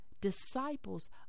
Disciples